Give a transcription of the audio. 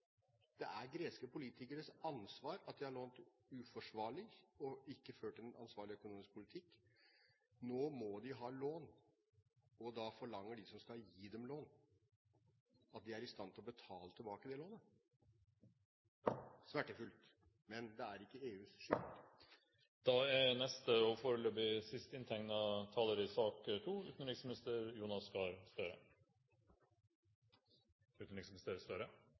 Det er greske politikeres ansvar at det de har lånt, er uforsvarlig, og at de ikke har ført en ansvarlig økonomisk politikk. Nå må de ha lån, og da forlanger de som skal gi dem lån, at de er i stand til å betale tilbake det lånet Det er smertefullt, men det er ikke EUs